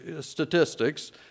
statistics